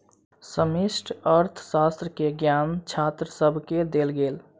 समष्टि अर्थशास्त्र के ज्ञान छात्र सभके देल गेल